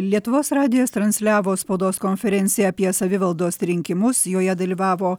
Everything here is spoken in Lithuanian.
lietuvos radijas transliavo spaudos konferenciją apie savivaldos rinkimus joje dalyvavo